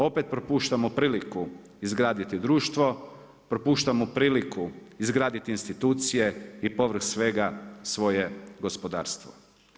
Opet propuštamo priliku izgraditi društvo, propuštamo priliku izgraditi institucije i povrh svega svoje gospodarstvo.